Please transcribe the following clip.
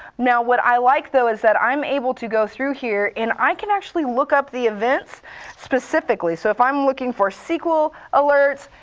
now what i like though is that i'm able to go through here, and i can actually look up the events specifically. so if i'm looking for sql alerts,